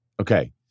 Okay